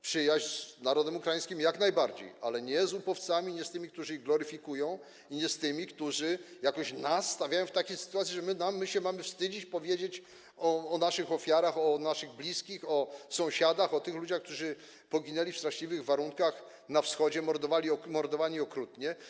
Przyjaźń z narodem ukraińskim jak najbardziej, ale nie z upowcami i nie z tymi, którzy ich gloryfikują, i nie z tymi, którzy jakoś nas stawiają w takiej sytuacji, że my mamy się wstydzić powiedzieć o naszych ofiarach, o naszych bliskich, o sąsiadach, o tych ludziach, którzy poginęli w straszliwych warunkach na Wschodzie, byli mordowani okrutnie.